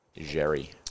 Jerry